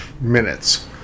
minutes